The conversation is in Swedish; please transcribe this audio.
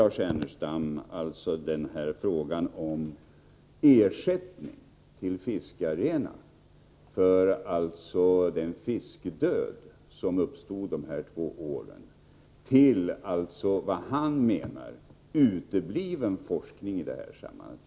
Lars Ernestam kopplar frågan om ersättning till fiskarna för den fiskdöd som uppstod under de två nämnda åren till frågan om en enligt honom utebliven forskning i det här sammanhanget.